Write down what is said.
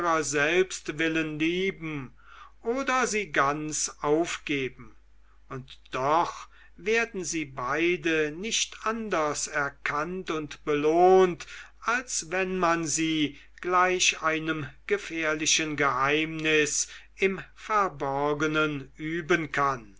selbst willen lieben oder sie ganz aufgeben und doch werden sie beide nicht anders erkannt und belohnt als wenn man sie gleich einem gefährlichen geheimnis im verborgenen üben kann